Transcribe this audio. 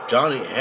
Johnny